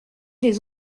des